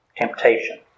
Temptation